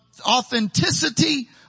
authenticity